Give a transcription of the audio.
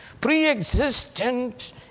pre-existent